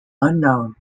unknown